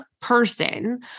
person